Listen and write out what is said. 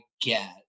get